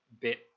bit